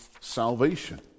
salvation